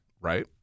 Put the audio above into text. Right